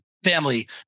family